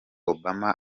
obama